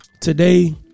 Today